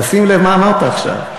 אבל שים לב מה אמרת עכשיו: